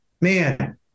Man